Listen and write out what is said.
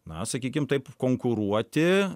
na sakykim taip konkuruoti